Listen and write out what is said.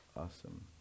awesome